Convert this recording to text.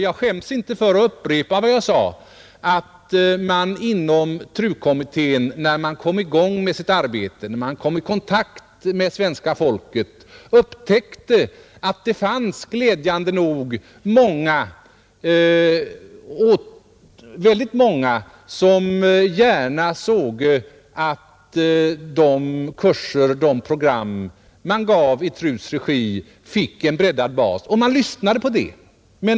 Jag skäms inte för att upprepa vad jag sade, fru Sundberg, nämligen att man inom TRU-kommittén, när man kom i gång med sitt arbete och kom i kontakt med svenska folket, upptäckte att det glädjande nog fanns många som gärna såge att de kurser och de program som gavs i TRU:s regi fick en breddad bas, och man lyssnade på det.